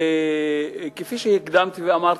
כפי שהקדמתי ואמרתי,